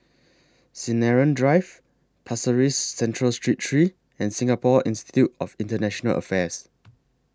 Sinaran Drive Pasir Ris Central Street three and Singapore Institute of International Affairs